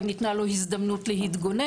האם נתנה לו הזדמנות להתגונן,